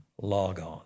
logon